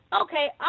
Okay